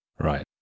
Right